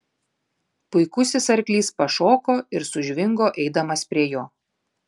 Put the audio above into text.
puikusis arklys pašoko ir sužvingo eidamas prie jo